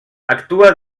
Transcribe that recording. actua